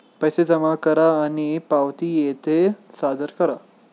पैसे जमा करा आणि पावती येथे सादर करा